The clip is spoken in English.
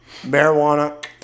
Marijuana